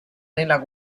nella